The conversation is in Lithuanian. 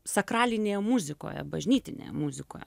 sakralinėje muzikoje bažnytinėje muzikoje